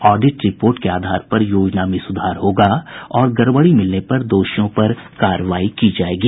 audit report के आधार पर योजना में सुधार होगा और गड़बड़ी मिलने पर दोषियों पर कार्रवाई की जायेगी